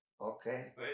Okay